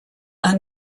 are